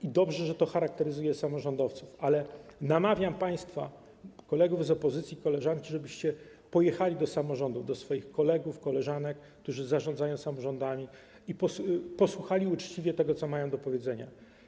I dobrze, że to charakteryzuje samorządowców, ale namawiam państwa, kolegów, koleżanki z opozycji, żebyście pojechali do samorządów, do swoich kolegów, koleżanek, którzy zarządzają samorządami, i posłuchali uczciwie tego, co mają do powiedzenia.